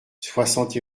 soixante